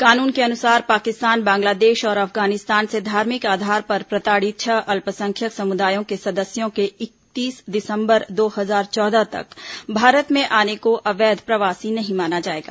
कानून के अनुसार पाकिस्तान बांग्लादेश और अफगानिस्तान से धार्मिक आधार पर प्रताड़ित छह अल्पसंख्यक समुदायों के सदस्यों के इकतीस दिसम्बर दो हजार चौदह तक भारत में आने को अवैध प्रवासी नहीं माना जाएगा